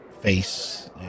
face